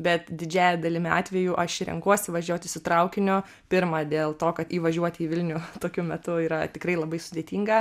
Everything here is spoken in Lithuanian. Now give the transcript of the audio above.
bet didžiąja dalimi atvejų aš renkuosi važiuoti su traukiniu pirma dėl to kad įvažiuoti į vilnių tokiu metu yra tikrai labai sudėtinga